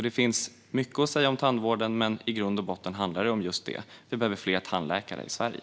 Det finns mycket att säga om tandvården, men i grund och botten handlar det om detta: Vi behöver fler tandläkare i Sverige.